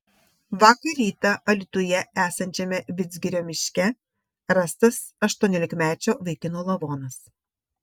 vakar rytą alytuje esančiame vidzgirio miške rastas aštuoniolikmečio vaikino lavonas